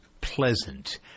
pleasant